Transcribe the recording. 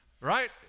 right